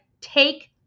take